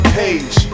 page